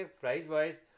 price-wise